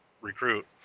recruit